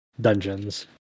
dungeons